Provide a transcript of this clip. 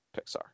pixar